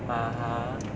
(uh huh)